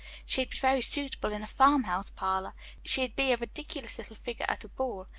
she'd be very suitable in a farmhouse parlour she'd be a ridiculous little figure at a ball.